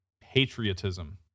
patriotism